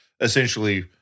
essentially